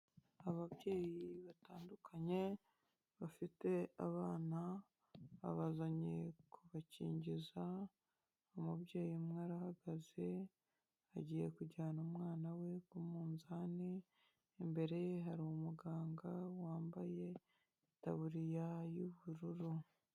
Ababyeyi batandukanye bafite abana babazanye kubakingiza, umubyeyi umwe arahagaze agiye kujyana umwana we ku munzani, imbere ye hari umuganga wambayetabuririya y'ubururu.